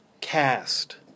cast